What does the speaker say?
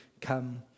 come